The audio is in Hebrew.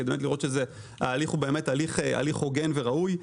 כדי לראות שההליך הוא הוגן וראוי.